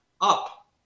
up